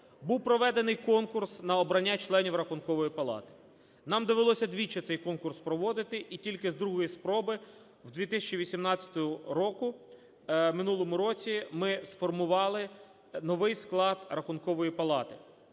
був проведений конкурс на обрання членів Рахункової палати. Нам довелось двічі цей конкурс проводити, і тільки з другої спроби в 2018 році, в минулому році, ми сформували новий склад Рахункової палати.